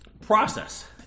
process